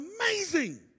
amazing